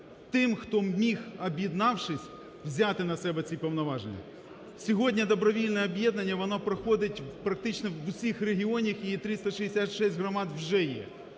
тим, хто міг, об'єднавшись, взяти на себе ці повноваження. Сьогодні добровільне об'єднання, воно проходить, практично, в усіх регіонах, і 366 громад вже є.